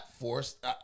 forced